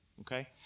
okay